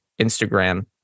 Instagram